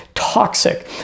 toxic